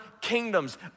kingdoms